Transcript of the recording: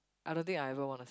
I don't think I ever wanna see